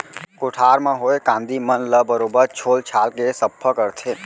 कोठार म होए कांदी मन ल बरोबर छोल छाल के सफ्फा करथे